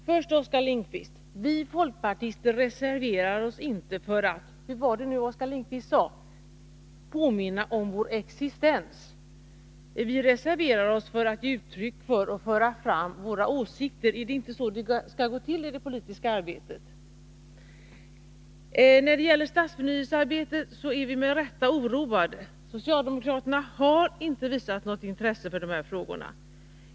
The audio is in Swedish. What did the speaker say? Herr talman! Vi folkpartister reserverar oss inte för att — hur var det nu Oskar Lindvist sade? — påminna om vår existens. Vi reserverar oss för att ge uttryck för och föra fram våra åsikter. Är det inte så det skall gå till i det politiska arbetet? När det gäller stadsförnyelsearbetet är vi med rätta oroade. Socialdemokraterna har inte visat något intresse för dessa frågor.